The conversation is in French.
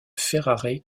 ferrare